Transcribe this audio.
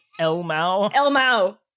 elmao